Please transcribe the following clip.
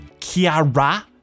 Kiara